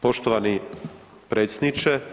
Poštovani predsjedniče.